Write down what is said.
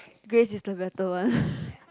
Grace is the better one